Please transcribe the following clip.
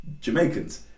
Jamaicans